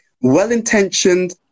well-intentioned